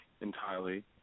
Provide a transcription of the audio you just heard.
entirely